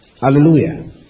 Hallelujah